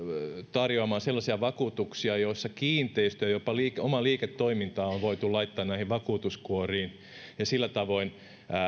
tarjoamaan sellaisia vakuutuksia joissa kiinteistöjä ja jopa oma liiketoiminta on voitu laittaa näihin vakuutuskuoriin ja sillä tavoin